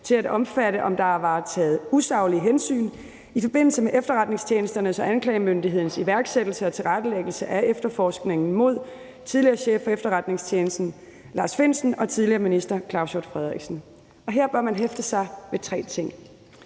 om, om der blev taget usaglige hensyn i forbindelse med efterretningstjenesternes og anklagemyndighedens iværksættelse og tilrettelæggelse af efterforskningen mod tidligere chef for efterretningstjenesten Lars Findsen og tidligere minister Claus Hjort Frederiksen Her bør man hæfte sig ved tre ting: